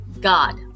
God